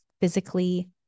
physically